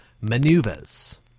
maneuvers